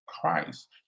Christ